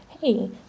hey